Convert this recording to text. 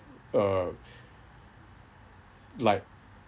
uh like